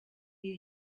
you